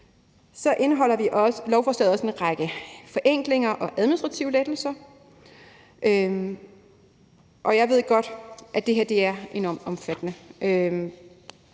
Så indeholder lovforslaget også en række forenklinger og administrative lettelser, og jeg ved godt, at det her er enormt omfattende.